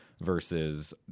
versus